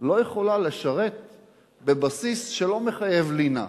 לא יכולה לשרת בבסיס שלא מחייב לינה?